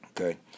Okay